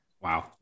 Wow